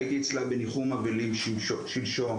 הייתי אצלה בניחום אבלים שלשום,